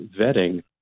vetting